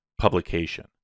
publication